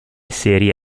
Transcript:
serie